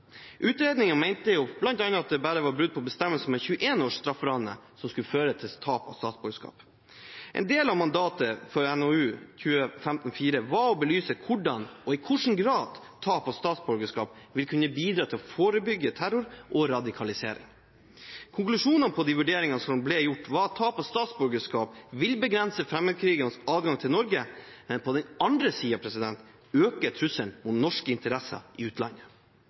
Utredningen mente bl.a. at det bare var brudd på bestemmelser med 21 års strafferamme som skulle føre til tap av statsborgerskap. En del av mandatet for NOU 2015:4 var å belyse hvordan og i hvilken grad tap av statsborgerskap vil kunne bidra til å forebygge terror og radikalisering. Konklusjonene på de vurderingene som ble gjort, var at tap av statsborgerskap vil begrense fremmedkrigeres adgang til Norge, men på den andre siden øke trusselen mot norske interesser i utlandet.